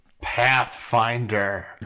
Pathfinder